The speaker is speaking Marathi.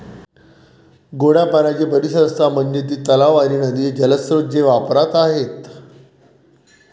गोड्या पाण्याची परिसंस्था म्हणजे ती तलाव आणि नदीचे जलस्रोत जे वापरात आहेत